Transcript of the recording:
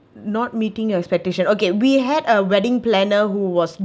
not meeting your expectation okay we had a wedding planner who was